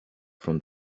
from